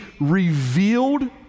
revealed